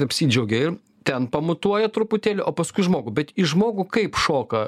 apsidžiaugė ir ten pamutuoja truputėlį o paskui į žmogų bet į žmogų kaip šoka